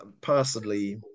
personally